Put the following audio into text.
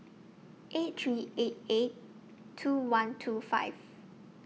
eight three eight eight two one two five